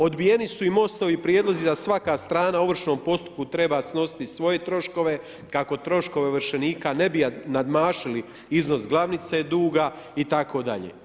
Odbijeni su i Mostovi prijedlozi da svaka strana u ovršnom postupku treba snositi svoje troškove, kako troškove ovršenika ne bi nadmašili iznos glavnice duga itd.